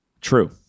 True